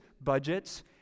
budgets